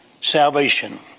salvation